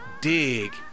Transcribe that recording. dig